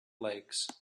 lakes